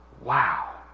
Wow